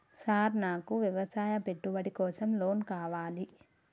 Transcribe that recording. Sir నాకు వ్యవసాయ పెట్టుబడి కోసం లోన్ కావాలి?